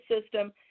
system